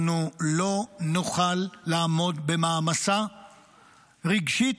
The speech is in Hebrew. אנחנו לא נוכל לעמוד במעמסה רגשית,